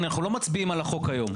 אנחנו לא מצביעים על החוק היום.